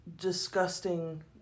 disgusting